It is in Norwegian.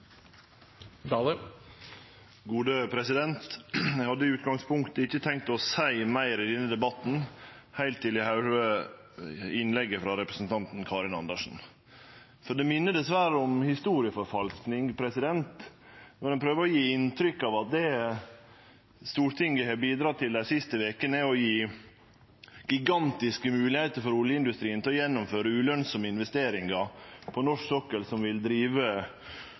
Eg hadde i utgangspunktet ikkje tenkt å seie meir i denne debatten, heilt til eg høyrde innlegget frå representanten Karin Andersen, for det minner dessverre om historieforfalsking når ein prøver å gje inntrykk av at det Stortinget har bidrege til dei siste vekene, er å gje gigantiske moglegheiter for oljeindustrien til å gjennomføre ulønsame investeringar på norsk sokkel som vil drive